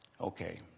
Okay